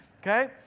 okay